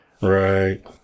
Right